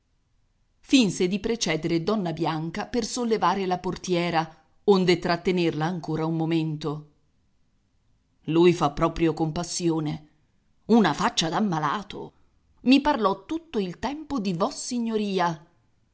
finse di precedere donna bianca per sollevare la portiera onde trattenerla ancora un momento lui fa proprio compassione una faccia da malato i parlò tutto il tempo di vossignoria